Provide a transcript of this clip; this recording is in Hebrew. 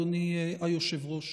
אדוני היושב-ראש.